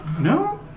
No